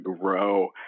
grow